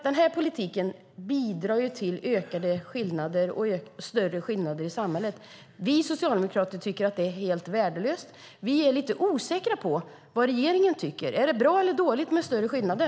Denna politik bidrar till ökade skillnader i samhället. Vi socialdemokrater tycker att det är helt värdelöst. Vi är lite osäkra på vad regeringen tycker. Är det bra eller dåligt med större skillnader?